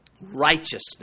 righteousness